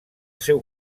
seu